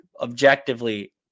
objectively